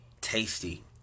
tasty